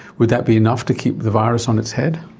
would that be enough to keep the virus on its head?